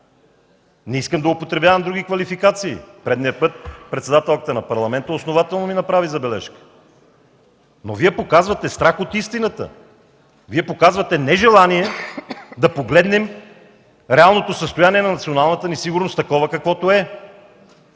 не искам да употребявам други квалификации. Предният път председателката на Парламента основателно ми направи забележка. Вие показвате страх от истината, Вие показвате нежелание да погледнем реалното състояние на националната ни сигурност, такова каквото е.